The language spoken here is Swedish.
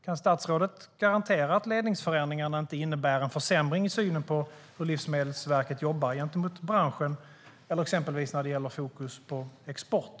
Kan statsrådet garantera att ledningsförändringarna inte innebär en försämring i synen på hur Livsmedelsverket jobbar gentemot branschen eller när det gäller exempelvis fokus på export?